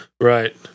Right